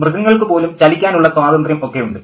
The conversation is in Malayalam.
മൃഗങ്ങൾക്കു പോലും ചലിക്കാനുള്ള സ്വാതന്ത്ര്യം ഒക്കെയുണ്ട്